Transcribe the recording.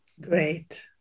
Great